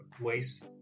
ways